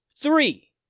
three